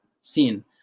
seen